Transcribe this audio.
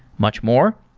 much more.